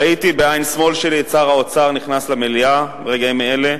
ראיתי בעין שמאל שלי את שר האוצר נכנס למליאה ברגעים אלה.